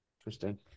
Interesting